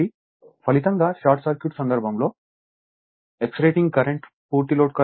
కాబట్టి ఫలితంగా short circuit సందర్భంలో ఎక్సైటింగ్ కరెంట్ పూర్తి లోడ్ కరెంట్లో 0